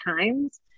times